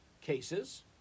cases